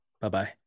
Bye-bye